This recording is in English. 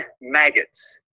maggots